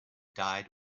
died